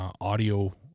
audio